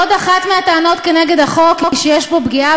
עוד אחת מהטענות נגד החוק היא שיש בו פגיעה